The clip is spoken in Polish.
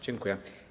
Dziękuję.